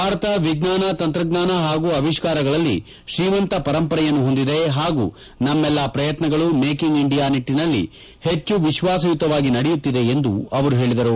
ಭಾರತ ವಿಜ್ಞಾನ ತಂತ್ರಜ್ಞಾನ ಹಾಗೂ ಅವಿಷ್ಕಾರಗಳಲ್ಲಿ ಶ್ರೀಮಂತ ಪರಂಪರೆಯನ್ನು ಹೊಂದಿದೆ ಹಾಗೂ ನಮ್ಮೆಲ್ಲ ಪ್ರಯತ್ನಗಳು ಮೇಕಿಂಗ್ ಇಂಡಿಯಾ ನಿಟ್ಟಿನಲ್ಲಿ ಹೆಚ್ಚು ವಿಶ್ವಾಸಯುತವಾಗಿ ನಡೆಯುತ್ತಿದೆ ಎಂದು ಪ್ರಧಾನಮಂತ್ರಿ ಮೋದಿ ಹೇಳಿದರು